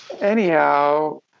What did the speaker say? anyhow